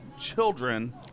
Children